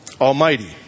Almighty